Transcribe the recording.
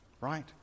right